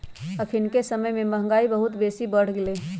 अखनिके समय में महंगाई बहुत बेशी बढ़ गेल हइ